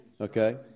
okay